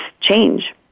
change